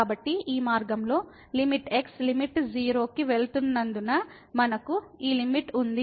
కనుక ఈ మార్గంలో లిమిట్ x లిమిట్ 0 కి వెళుతున్నందున మనకు ఈ లిమిట్ ఉంది